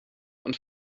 und